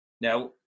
Now